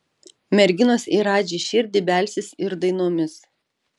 merginos į radži širdį belsis ir dainomis